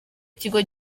ikigo